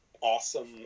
awesome